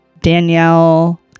Danielle